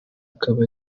akaba